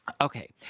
okay